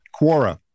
Quora